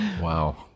Wow